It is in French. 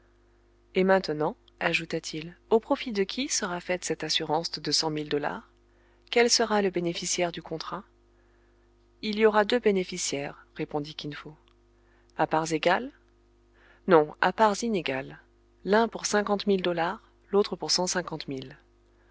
et maintenant ajouta-t-il au profit de qui sera faite cette assurance de deux cent mille dollars quel sera le bénéficiaire du contrat il y aura deux bénéficiaires répondit kin fo a parts égales non à parts inégales l'un pour cinquante mille dollars l'autre pour